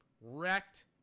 wrecked